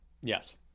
Yes